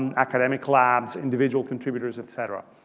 and academic labs individual contributors, et cetera.